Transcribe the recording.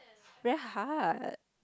very hard